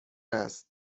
است